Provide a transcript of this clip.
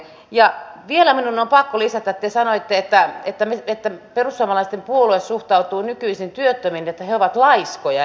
ja vielä minun on pakko lisätä että te sanoitte että perussuomalaisten puolue suhtautuu nykyisin työttömiin niin että he ovat laiskoja